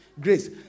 grace